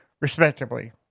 respectively